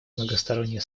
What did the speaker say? многостороннее